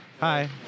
Hi